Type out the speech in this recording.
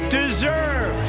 deserve